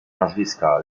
nazwiska